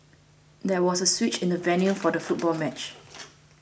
there was a switch in the venue for the football match